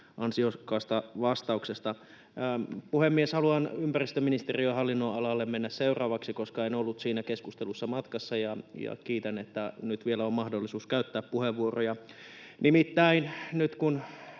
ansiokkaasta vastauksesta. Puhemies! Haluan ympäristöministeriön hallinnonalalle mennä seuraavaksi, koska en ollut siinä keskustelussa matkassa — kiitän, että nyt on vielä mahdollisuus käyttää puheenvuoroja. Nimittäin nyt kun